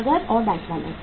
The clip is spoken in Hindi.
नकद और बैंक बैलेंस